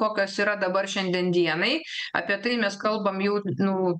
kokios yra dabar šiandien dienai apie tai mes kalbam jau nu